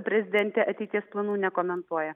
prezidentė ateities planų nekomentuoja